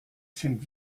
sind